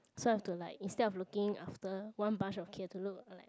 so I've to like instead of looking after one bunch of kids I've to look like